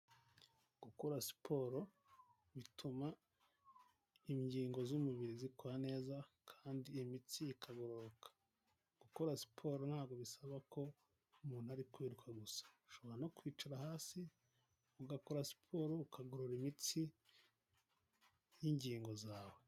Gukora siporo bituma ingingo z'umubiri zikora neza kandi imitsi ikagororoka, gukora siporo ntabwo bisaba ko umuntu ari kwiruka gusa ushobora no kwicara hasi ugakora siporo ukagorora imitsi y'ingingo zawe.